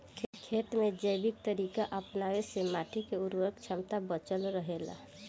खेत में जैविक तरीका अपनावे से माटी के उर्वरक क्षमता बचल रहे ला